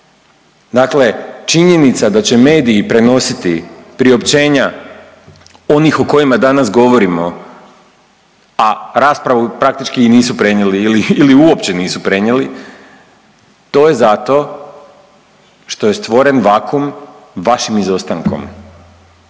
Dakle činjenica da će mediji prenositi priopćenja onih o kojima danas govorimo, a raspravu praktički i nisu prenijeli ili, ili uopće nisu prenijeli, to je zato što je stvoren vakuum vašim izostankom,